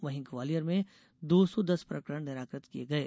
वहीं ग्वालियर में दो सौ दस प्रकरण निराकृत किये गये